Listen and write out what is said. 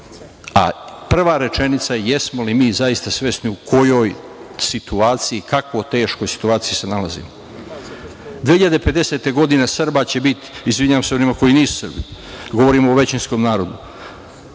a prva rečenica jeste – jesmo li mi zaista svesni u kojoj situaciji, kako teškoj situaciji se nalazimo? Godine 2050. Srba će biti, izvinjavam se onima koji nisu Srbi, govorim o većinskom narodu,